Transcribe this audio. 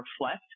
reflect